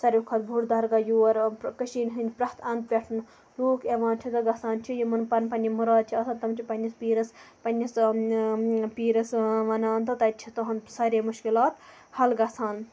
ساروٕے کھۄتہٕ بوٚڑ دَرگاہ یور کٔشیٖر ہِندۍ پرٮ۪تھ اَندٕ پٮ۪ٹھ لُکھ یِوان چھِ تہٕ گَژھان چھِ یِمَن پَننہِ پَننہِ مُراد چھِ آسان تہٕ تِم چھِ پَننِس پیٖرَس پَنِنس پیٖرَس وَنان تہٕ تَتہِ چھِ تٕہندۍ سارے مُشکِلات حل گَژھان